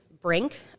Brink